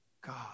God